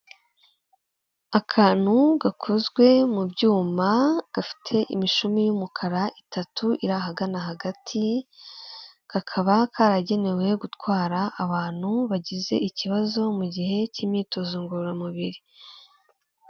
Akantu gakozwe mu byuma, gafite imishumi y'umukara itatu irahagana hagati, kakaba karagenewe gutwara abantu bagize ikibazo mu gihe cy'imyitozo ngororamubiri.